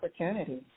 opportunity